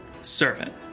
servant